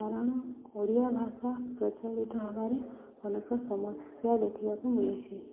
କାରଣ ଓଡ଼ିଆ ଭାଷା ପ୍ରଚଳିତ ହେବାରେ ଅନେକ ସମସ୍ୟା ଦେଖିବାକୁ ମିଳୁଛି